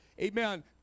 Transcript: amen